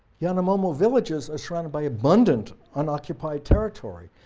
yanomamo villages are surrounded by abundant unoccupied territory.